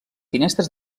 finestres